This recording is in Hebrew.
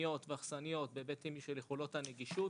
פנימיות ואכסניות בהיבטים של יכולות הנגישות.